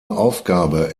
aufgabe